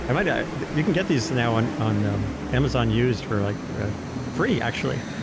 um and you can get these now on on um amazon used for like free actually.